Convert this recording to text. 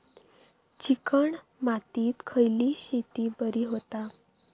Chicken मातीत खयली शेती बरी होता?